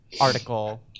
article